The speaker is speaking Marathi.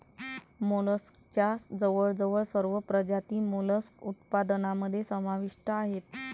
मोलस्कच्या जवळजवळ सर्व प्रजाती मोलस्क उत्पादनामध्ये समाविष्ट आहेत